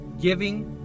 giving